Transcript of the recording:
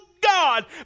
God